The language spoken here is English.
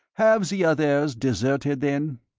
have the others deserted, then?